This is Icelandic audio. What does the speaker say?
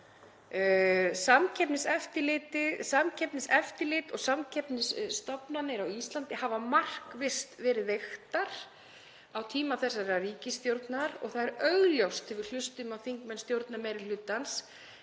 Samkeppniseftirlit og samkeppnisstofnanir á Íslandi hafa markvisst verið veiktar á tíma þessarar ríkisstjórnar og það er augljóst þegar við hlustum á þingmenn stjórnarmeirihlutans